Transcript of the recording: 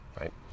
Right